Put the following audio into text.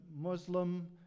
Muslim